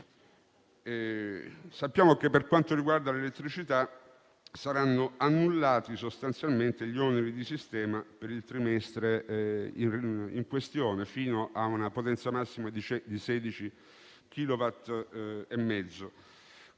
Sappiamo che, per quanto riguarda l'elettricità, saranno annullati sostanzialmente gli oneri di sistema per il trimestre in questione, fino a una potenza massima di 16,5